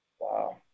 Wow